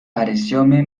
parecióme